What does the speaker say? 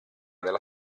della